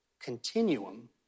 Continuum